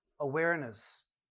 awareness